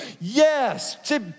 Yes